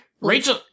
Rachel-